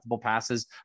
passes